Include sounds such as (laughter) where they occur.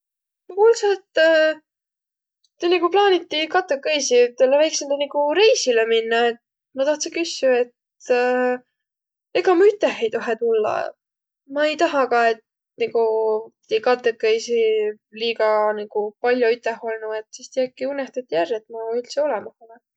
Ma kuuldse, et tiiq nigu plaaniti katekõisi ütele väiksele nigu reisile minnäq, et ma tahtse küssüq, et (hesitation) ega ma üteh ei tohe tullaq? Ma ei taha ka, et nigu tiiq katekeisi liiga nigu pall'o üteh olnuq, et sis tiiq äkki unehtati ärq, et üldse olõmah olõ.